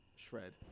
Shred